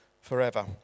forever